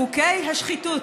חוקי השחיתות.